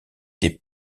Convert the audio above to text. des